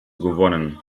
gewonnen